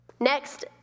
Next